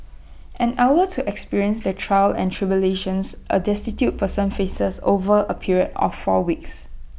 an hour to experience the trials and tribulations A destitute person faces over A period of four weeks